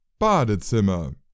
Badezimmer